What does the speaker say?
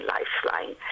Lifeline